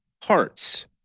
parts